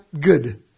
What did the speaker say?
good